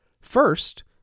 First